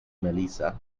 melissa